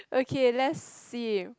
okay let's see